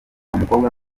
umukobwa